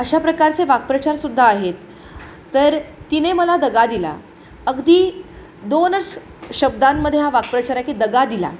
अशा प्रकारचे वाक्प्रचार सुद्धा आहेत तर तिने मला दगा दिला अगदी दोनच शब्दांमध्ये हा वाक्प्रचार आहे की दगा दिला